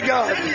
God